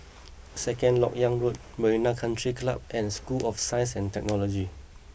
Second Lok Yang Road Marina Country Club and School of Science and Technology